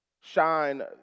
Shine